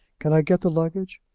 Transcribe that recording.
can i get the luggage?